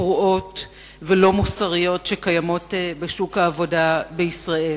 פרועות ולא מוסריות שקיימות בשוק העבודה בישראל.